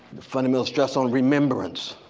the fundamental stress on remembrance